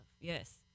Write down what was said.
Yes